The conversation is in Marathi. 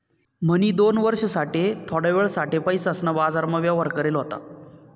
म्हणी दोन वर्ष साठे थोडा वेळ साठे पैसासना बाजारमा व्यवहार करेल होता